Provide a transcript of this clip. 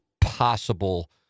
possible